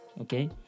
okay